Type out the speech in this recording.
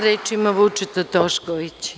Reč ima Vučeta Tošković.